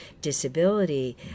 disability